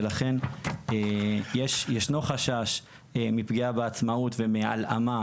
ולכן ישנו חשש מפגיעה בעצמאות ומהלאמה,